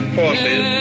forces